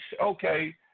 okay